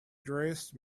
dressed